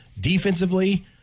Defensively